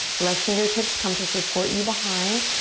left fingertips come to support you behind.